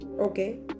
Okay